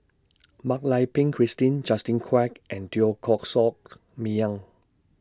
Mak Lai Peng Christine Justin Quek and Teo Koh Socked Miang